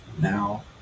Now